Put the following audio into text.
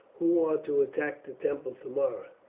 who are to attack the temple tomorrow?